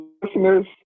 listeners